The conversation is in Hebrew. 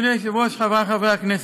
אדוני היושב-ראש, חברי חברי הכנסת,